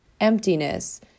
emptiness